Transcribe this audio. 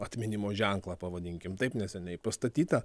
atminimo ženklą pavadinkim taip neseniai pastatytą